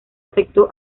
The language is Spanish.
afectó